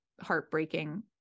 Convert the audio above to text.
heartbreaking